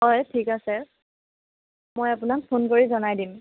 হয় ঠিক আছে মই আপোনাক ফোন কৰি জনাই দিম